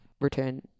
return –